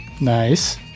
nice